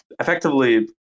effectively